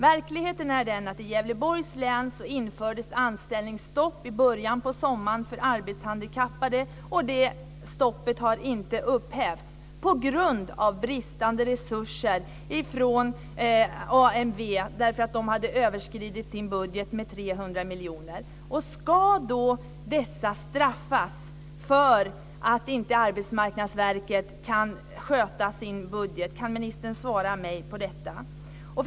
Verkligheten är den att i Gävleborgs län infördes anställningsstopp i början av sommaren för arbetshandikappade, och det stoppet har inte upphävts på grund av bristande resurser från AMV, eftersom man hade överskridit sin budget med 300 miljoner. Ska då de arbetshandikappade straffas för att Arbetsmarknadsverket inte kan sköta sin budget? Kan ministern svara mig på den frågan!